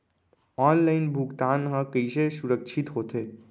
Online भुगतान हा कइसे सुरक्षित होथे?